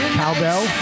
cowbell